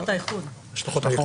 השלכות האיחוד.